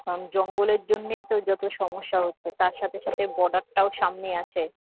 জঙ্গলের জন্যেই তো যত সমস্যা হচ্ছে তার সাথে সাথে বর্ডারটাও সামনে আছে